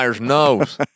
knows